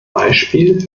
beispiel